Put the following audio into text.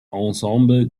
ensemble